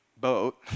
boat